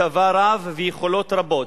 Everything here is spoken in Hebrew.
צבא רב ויכולות רבות,